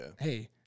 hey